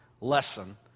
lesson